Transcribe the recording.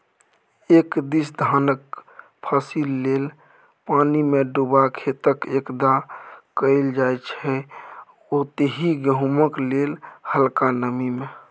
एक दिस धानक फसिल लेल पानिमे डुबा खेतक कदबा कएल जाइ छै ओतहि गहुँमक लेल हलका नमी मे